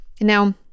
Now